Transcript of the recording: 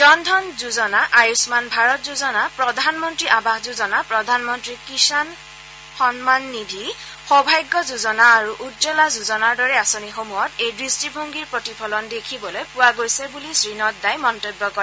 জন ধন যোজনা আয়ম্মান ভাৰত যোজনা প্ৰধানমন্ত্ৰী আৱাস যোজনা প্ৰধানমন্ত্ৰী কিষাণ সম্মান নিধি সৌভাগ্য যোজনা আৰু উজ্বলা যোজনাৰ দৰে আঁচনিসমূহত এই দৃষ্টিভংগীৰ প্ৰতিফলন দেখিবলৈ পোৱা গৈছে বুলি শ্ৰীনড্ডাই মন্তব্য কৰে